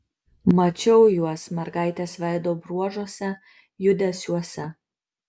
mačiau juos mergaitės veido bruožuose judesiuose